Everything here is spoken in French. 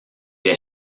est